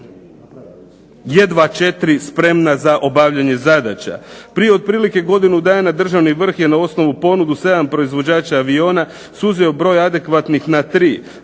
jedva 4 spremna za obavljanje zadaća. Prije otprilike godinu dana državni vrh je na osnovu ponudu 7 proizvođača aviona suzio broj adekvatnih na 3.